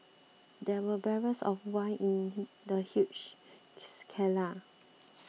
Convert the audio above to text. there were barrels of wine in the huge